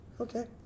Okay